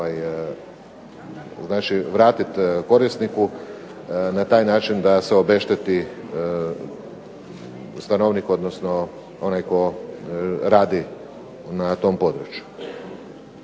mora vratiti korisniku na taj način da se obešteti stanovnik, odnosno onaj tko radi na tom području.